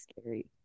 scary